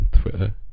Twitter